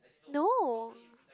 no